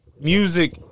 music